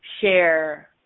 share